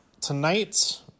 tonight